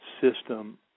system